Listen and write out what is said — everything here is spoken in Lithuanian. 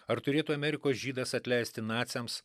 ar turėtų amerikos žydas atleisti naciams